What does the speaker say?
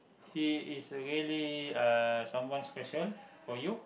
he is a really uh someone special for you